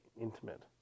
intimate